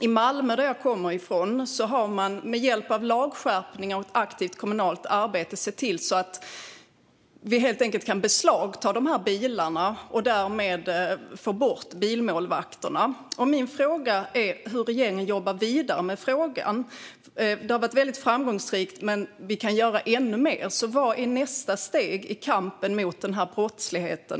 I Malmö, som jag kommer från, har man med hjälp av lagskärpningar och ett aktivt kommunalt arbete sett till att vi helt enkelt kan beslagta bilarna och därmed få bort bilmålvakterna. Hur jobbar regeringen vidare med frågan? Detta har varit väldigt framgångsrikt, men vi kan göra ännu mer. Vilket är nästa steg i kampen mot den här brottsligheten?